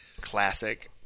Classic